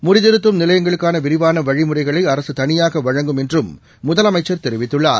முடித்திருத்தும் நிலையங்களுக்கான விரிவான வழிமுறைகளை அரசு தனியாக வழங்கும் என்றும் முதலமைச்சர் தெரிவித்துள்ளார்